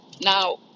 Now